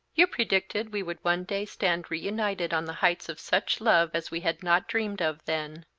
you predicted we would one day stand reunited on the heights of such love as we had not dreamed of then.